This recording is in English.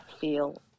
feel